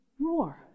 roar